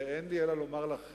ואין לי אלא לומר לך,